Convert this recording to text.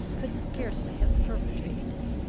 could scarcely have perpetrated it.